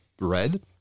Red